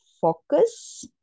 focus